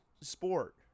sport